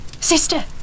Sister